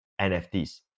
NFTs